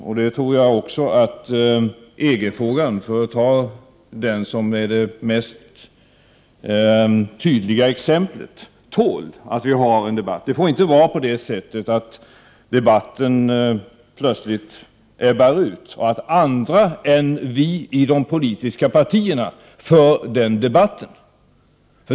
Jag tror också att EG-frågan, för att ta det mest tydliga exemplet, tål att vi har en debatt. Det får inte vara så att debatten plötsligt ebbar ut och andra än vi i de politiska partierna för debatten.